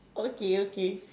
okay okay